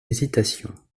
hésitation